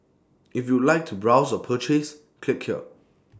if you would like to browse or purchase click here